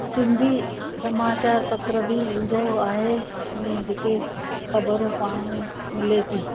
सिंधी समाचारु पत्र बि ईंदो आहे इएं जेके खबरूं पाण में मिले थी